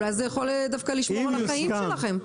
אולי זה יכול דווקא לשמור על החיים שלכם.